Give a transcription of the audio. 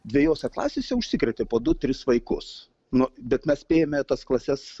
dvejose klasėse užsikrėtė po du tris vaikus nu bet mes spėjome tas klases